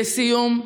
לסיום,